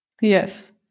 Yes